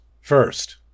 First